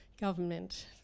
government